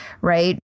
right